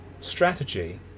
strategy